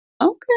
Okay